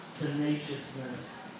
tenaciousness